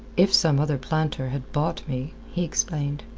if some other planter had bought me, he explained,